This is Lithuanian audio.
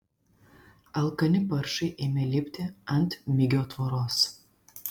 alkani paršai ėmė lipti ant migio tvoros